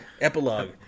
Epilogue